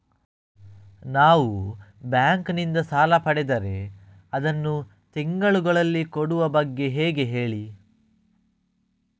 ನಾವು ಬ್ಯಾಂಕ್ ನಿಂದ ಸಾಲ ಪಡೆದರೆ ಅದನ್ನು ತಿಂಗಳುಗಳಲ್ಲಿ ಕೊಡುವ ಬಗ್ಗೆ ಹೇಗೆ ಹೇಳಿ